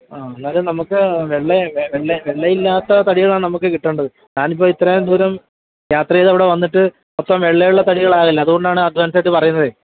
ആ എന്നാല് നമ്മള്ക്ക് വെള്ള വെള്ള വെള്ളയില്ലാത്ത തടികളാണ് നമ്മള്ക്ക് കിട്ടേണ്ടത് ഞാനിപ്പോള് ഇത്രയും ദൂരം യാത്ര ചെയ്ത് അവിടെ വന്നിട്ട് മൊത്തം വെള്ളയുള്ള തടികളാകല്ല് അതുകൊണ്ടാണ് അഡ്വാൻസായിട്ട് പറയുന്നതേ